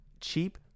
Cheap